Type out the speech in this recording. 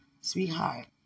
sweetheart